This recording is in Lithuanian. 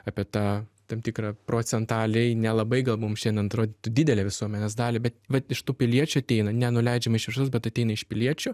apie tą tam tikrą procentaliai nelabai gal mum šiandien atrodytų didelę visuomenės dalį bet vat iš tų piliečių ateina nenuleidžiama iš viršaus bet ateina iš piliečių